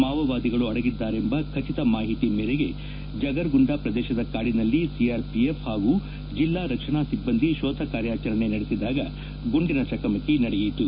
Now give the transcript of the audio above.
ಮಾವೋವಾದಿಗಳು ಅಡಗಿದ್ದಾರೆಂಬ ಖಚಿತ ಮಾಹತಿ ಮೇರೆಗೆ ಜಗರ್ಗುಂಡ ಪ್ರದೇಶದ ಕಾಡಿನಲ್ಲಿ ಸಿಆರ್ಪಿಎಫ್ ಹಾಗೂ ಜಿಲ್ಲಾ ರಕ್ಷಣಾ ಸಿಬ್ಬಂದಿ ಶೋಧ ಕಾರ್ಯಾಚರಣೆ ನಡೆಸಿದಾಗ ಗುಂಡಿನ ಚಕಮಕಿ ನಡೆಯಿತು